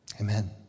Amen